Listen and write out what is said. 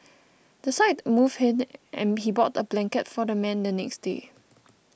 the sight moved him and he bought a blanket for the man the next day